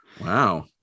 Wow